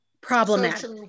problematic